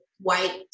white